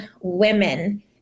women